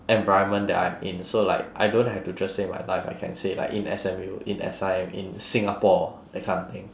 environment that I'm in so like I don't have to just say my life I can say like in S_M_U in S_I_M in singapore that kind of thing